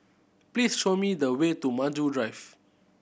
please show me the way to Maju Drive